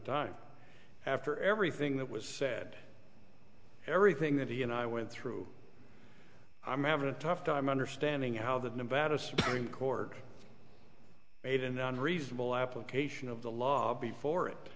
ime after everything that was said everything that he and i went through i'm having a tough time understanding how that nevada supreme court made in the unreasonable application of the law before it